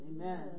Amen